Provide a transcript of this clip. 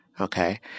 Okay